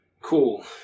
Cool